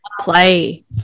play